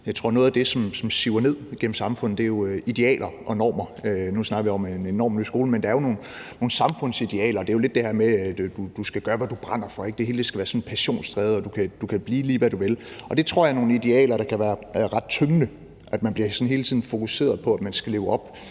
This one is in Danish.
Jeg tror, at noget af det, som siver ned igennem samfundet, er idealer og normer. Nu snakkede vi om en normløs skole, men der er jo nogle samfundsidealer. Det er lidt det her med, at du skal gøre, hvad du brænder for, ikke? Det hele skal være passionsdrevet. Du kan blive, lige hvad du vil. Det tror jeg er nogle idealer, der kan være ret tyngende. Man bliver hele tiden fokuseret på, at man skal leve op